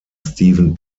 steven